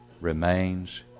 remains